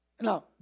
Now